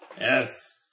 Yes